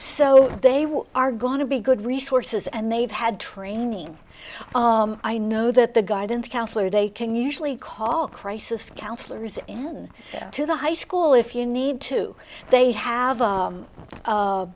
so they will are going to be good resources and they've had training i know that the guidance counselor they can usually call crisis counselors in to the high school if you need to they have